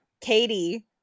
Katie